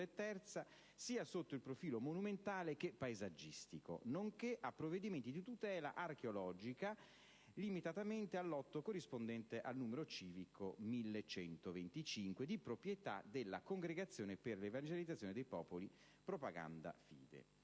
e III, sia sotto il profilo monumentale che paesaggistico, nonché a provvedimenti di tutela archeologica limitatamente al lotto corrispondente al n. civico 1125 di proprietà della Congregazione per l'evangelizzazione dei popoli (Propaganda Fide).